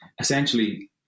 essentially